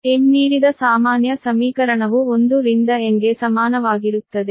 ನಾವು m ನೀಡಿದ ಸಾಮಾನ್ಯ ಸಮೀಕರಣವು 1 ರಿಂದ n ಗೆ ಸಮಾನವಾಗಿರುತ್ತದೆ